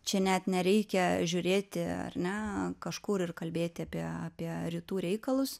čia net nereikia žiūrėti ar ne kažkur ir kalbėti apie apie rytų reikalus